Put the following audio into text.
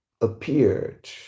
appeared